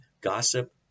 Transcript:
gossip